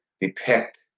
depict